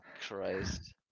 Christ